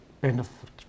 benefit